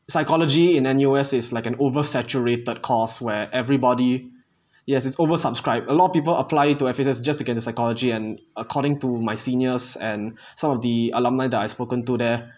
psychology in N_U_S is like an over saturated course where everybody yes it's oversubscribed a lot of people apply to F_A_A_S just to get into psychology and according to my seniors and some of the alumni that I had spoken to there